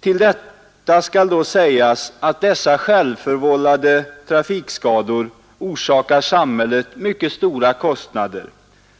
Till det skall då sägas att dessa självförvällade trafikskador orsakar samhället mycket stora kostnader.